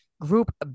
Group